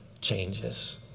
changes